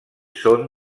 són